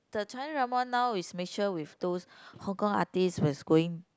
the China drama now is make sure with those Hong-Kong artists who's going